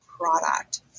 product